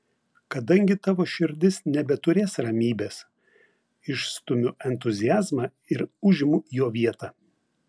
kadangi tavo širdis nebeturės ramybės išstumiu entuziazmą ir užimu jo vietą